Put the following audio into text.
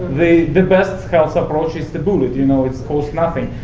the the best health approach is the bullet you know, it costs nothing.